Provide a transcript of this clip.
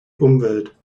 umwelt